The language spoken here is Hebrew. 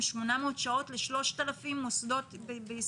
800 שעות ל-3,000 מוסדות ביסודי.